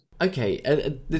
Okay